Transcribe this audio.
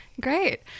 Great